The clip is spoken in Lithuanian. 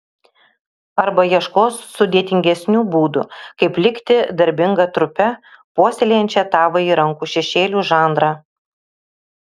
arba ieškos sudėtingesnių būdų kaip likti darbinga trupe puoselėjančia tavąjį rankų šešėlių žanrą